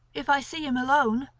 if i see him alone,